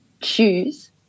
choose